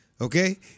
Okay